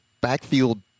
backfield